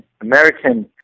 American